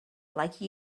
like